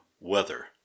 weather